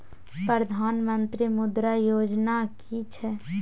प्रधानमंत्री मुद्रा योजना कि छिए?